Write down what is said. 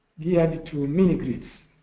geared to ah mini grids.